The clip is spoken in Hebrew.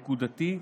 נקודתי,